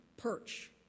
Perch